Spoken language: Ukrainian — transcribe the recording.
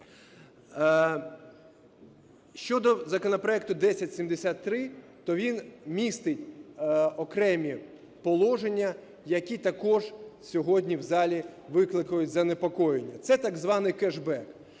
Щодо законопроекту 1073, то він містить окремі положення, які також сьогодні в залі викличуть занепокоєння, це так званий кешбек.